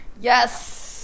yes